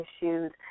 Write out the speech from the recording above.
issues